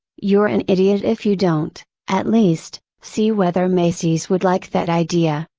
you're an idiot if you don't, at least, see whether macy's would like that idea.